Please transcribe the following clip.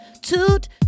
toot